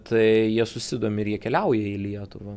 tai jie susidomi ir jie keliauja į lietuvą